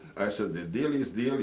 i said, the deal is deal.